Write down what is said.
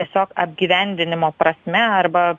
tiesiog apgyvendinimo prasme arba